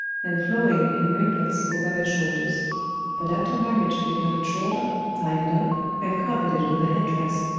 and flowing in ringlets over their shoulders but after marriage they cut it shorter, tied it up, and covered it with a head-dress,